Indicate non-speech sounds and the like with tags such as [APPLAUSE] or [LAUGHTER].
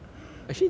[BREATH]